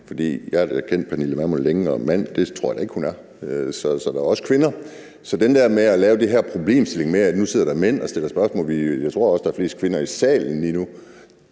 jeg har da kendt Pernille Vermund længe, og mand tror jeg da ikke hun er. Så der er også kvinder. Så til den der med at lave den her problemstilling med, at nu sidder der mænd og stiller spørgsmål, vil jeg sige, at jeg også tror, at der er flest kvinder i salen lige nu.